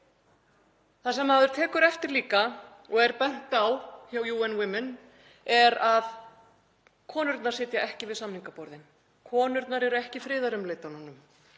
Það sem maður tekur líka eftir, og er bent á hjá UN Women, er að konurnar sitja ekki við samningaborðið. Konurnar eru ekki í friðarumleitununum.